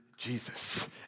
Jesus